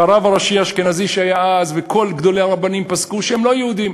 והרב הראשי האשכנזי שהיה אז וכל גדולי הרבנים פסקו שהם לא יהודים.